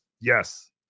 yes